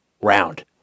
round